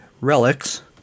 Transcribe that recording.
Relics